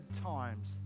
times